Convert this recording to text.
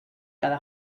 cada